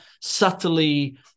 subtly